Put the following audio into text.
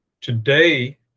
Today